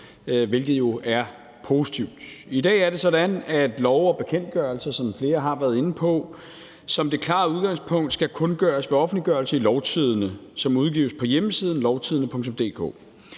hvilket jo er positivt. I dag er det sådan, hvad flere har været inde på, at love og bekendtgørelser som det klare udgangspunkt skal kundgøres ved offentliggørelse i Lovtidende, som udgives på hjemmesiden lovtidende.dk.